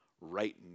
right